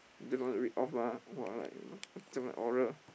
just wanna read off ah !wah! like macam like oral